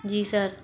जी sir